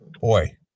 boy